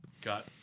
got